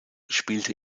spielte